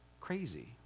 Crazy